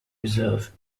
reserve